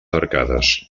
arcades